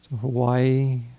Hawaii